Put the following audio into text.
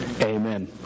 Amen